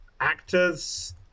actors